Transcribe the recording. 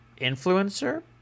influencer